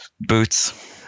Boots